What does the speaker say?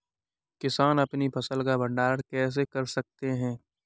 किसान अपनी फसल का भंडारण कैसे कर सकते हैं?